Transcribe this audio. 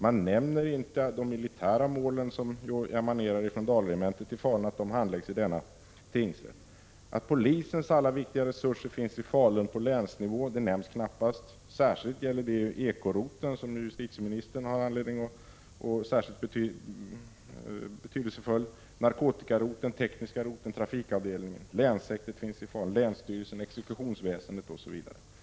Man nämner inte att de militära mål som emanerar från Dalaregementet i Falun handläggs av tingsrätten där. Att polisens alla viktiga resurser på länsnivå finns i Falun nämns knappast. Särskilt gäller det ekoroteln, som justitieministern har anledning att betrakta som särskilt betydelsefull. Narkotikaroteln, tekniska roteln, trafikavdelningen och länshäktet finns i Falun. Även länsstyrelsen, exekutionsväsendet osv. finns där.